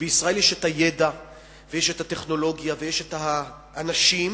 שבישראל יש ידע וטכנולוגיה ויש אנשים,